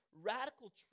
radical